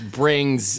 brings